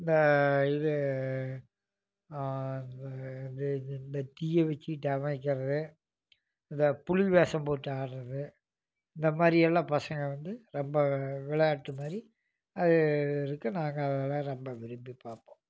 இந்த இது இந்த தீயை வச்சிட்டு டமாய்க்கிறது இந்த புலி வேடம் போட்டு ஆடுறது இந்த மாதிரி எல்லாம் பசங்கள் வந்து ரொம்ப விளையாட்டு மாதிரி அது இருக்குது நாங்கள் அதெல்லாம் ரொம்ப விரும்பி பார்ப்போம்